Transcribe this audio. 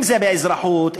אם באזרחות,